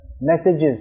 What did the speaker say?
messages